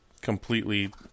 Completely